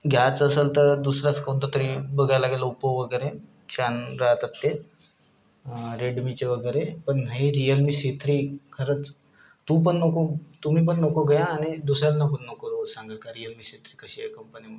घ्याचं असंल तर दुसराच कोणतं तरी बघायलागेल ओप्पो वगैरे छान राहतात ते रेडमीचे वगैरे पण नाही रिअलमी सी थ्री खरंच तू पण नको तुम्ही पण नको घ्या आणि दुसऱ्यांना पण नको सांगा का रिअलमी सी थ्री कशी आहे कंपनी म्हणून